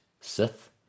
Sith